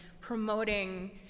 promoting